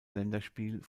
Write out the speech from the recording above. länderspiel